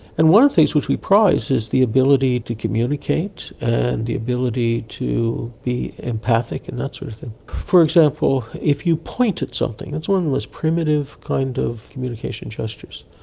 and one of the things which we prize is the ability to communicate and the ability to be empathic and that sort of thing. for example, if you point at something, that's one of the most primitive kind of communication gestures,